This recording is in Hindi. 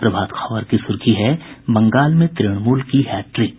प्रभात खबर की सुर्खी है बंगाल में तृणमूल की हैट्रिक